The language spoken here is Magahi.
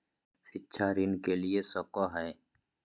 शिक्षा ऋण के ले सको है?